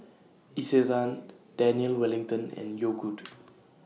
Isetan Daniel Wellington and Yogood